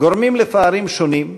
גורמים לפערים שונים,